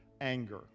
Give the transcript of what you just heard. Anger